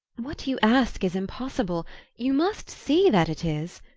what you ask is impossible you must see that it is.